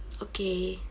okay